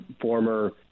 former